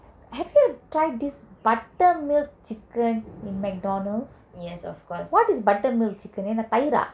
have you tried this buttermilk chicken in McDonalds what is buttermilk chicken என்ன தயிரா:enna thayiraa